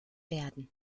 werden